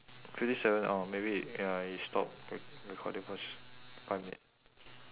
fifty seven orh maybe ya it stop re~ recording s~ for five minutes